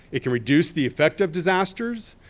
it can reduce the effect of disasters.